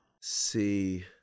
see